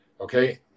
okay